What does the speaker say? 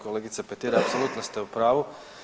Kolegice Petir apsolutno ste u pravu.